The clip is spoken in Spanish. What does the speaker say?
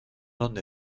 donde